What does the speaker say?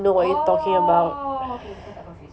oh okay tahu kenapa confused